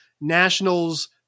Nationals